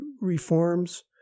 reforms